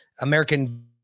American